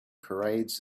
parades